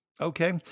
Okay